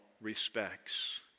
respects